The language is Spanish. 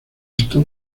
esto